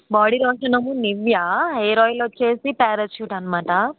body lotion అయితే Nivea hair oil వచ్చేసి Parachute అన్నమాట